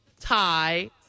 tie